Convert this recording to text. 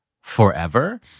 forever